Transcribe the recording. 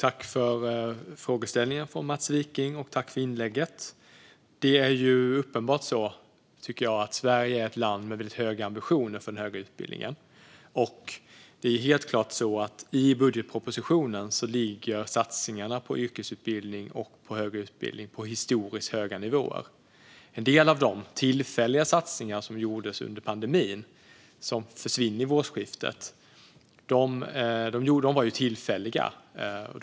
Herr talman! Tack, Mats Wiking, för inlägget och frågeställningen! Det är uppenbart, tycker jag, att Sverige är ett land med väldigt höga ambitioner för den högre utbildningen. Och det är helt klart att satsningarna i budgetpropositionen på yrkesutbildning och på högre utbildning ligger på historiskt höga nivåer. En del av de tillfälliga satsningar som gjordes under pandemin försvinner vid årsskiftet. De var ju tillfälliga.